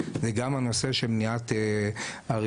זה גם הנושא של מניעת הרגולטור,